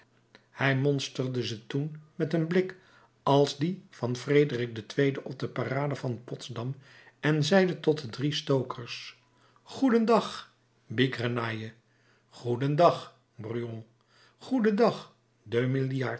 hij monsterde ze toen met een blik als dien van frederik ii op de parade van potsdam en zeide tot de drie stokers goeden dag bigrenaille goeden dag brujon goeden